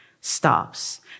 stops